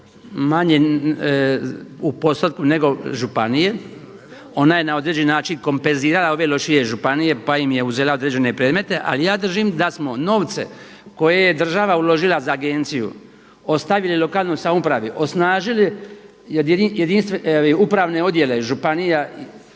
manje u postotku nego županije. Ona je na određeni način kompenzirala ove lošije županije, pa im je uzela određene predmete. Ali ja držim da smo novce koje je država uložila za Agenciju ostavili lokalnoj samoupravi, osnažili upravne odjele županija